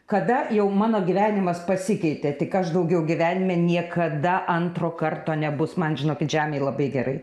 kada jau mano gyvenimas pasikeitė tik aš daugiau gyvenime niekada antro karto nebus man žinokit žemėj labai gerai